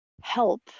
help